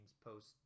post